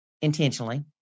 intentionally